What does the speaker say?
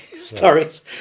stories